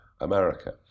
America